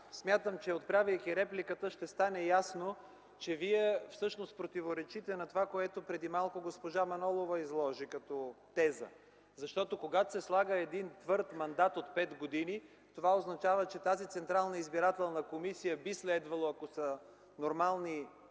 смятам, че отправяйки репликата, ще стане ясно, че вие всъщност противоречите на това, което преди малко госпожа Манолова изложи като теза. Когато се слага един твърд мандат от пет години, това означава, че тази Централна избирателна комисия би следвало, ако са нормални нещата